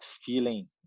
feeling